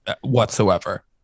whatsoever